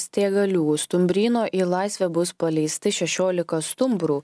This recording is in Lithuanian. stėgalių stumbryno į laisvę bus paleisti šešiolika stumbrų